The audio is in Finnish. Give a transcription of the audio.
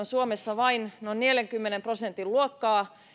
suomessa vain noin neljänkymmenen prosentin luokkaa